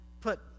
put